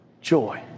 joy